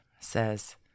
says